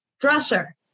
dresser